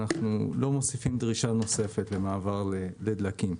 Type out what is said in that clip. אנחנו לא מוסיפים דרישה נוספת למעבר לדלקים.